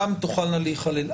גם תוכלנה להיכלל.